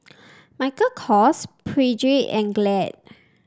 Michael Kors Peugeot and Glade